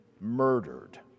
murdered